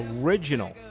original